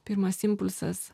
pirmas impulsas